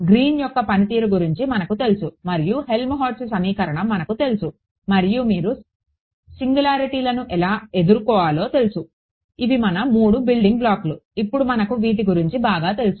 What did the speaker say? green యొక్క పనితీరు గురించి మనకు తెలుసు మరియు హెల్మ్హోల్ట్జ్ సమీకరణం మనకు తెలుసు మరియు మీరు సింగులారిటీలను ఎలా ఎదుర్కోవాలో తెలుసు ఇవి మన మూడు బిల్డింగ్ బ్లాకులు ఇప్పుడు మనకు వీటి గురించి బాగా తెలుసు